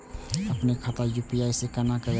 अपनो खाता के यू.पी.आई से केना जोरम?